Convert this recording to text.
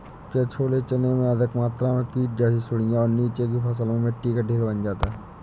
क्या छोले चने में अधिक मात्रा में कीट जैसी सुड़ियां और नीचे की फसल में मिट्टी का ढेर बन जाता है?